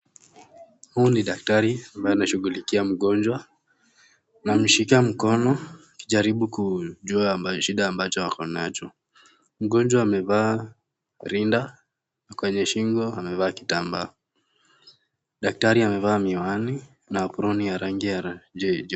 Huyu ni daktari ambaye anashughulikia mgonjwa, anamshika mkono akijaribu kujua shida ambacho ako nacho. Mgonjwa amevaa rinda, Kwenye shingo amevaa kitambaa, daktari amevaa miwani na aproni ya rangi jeupe.